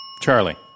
Charlie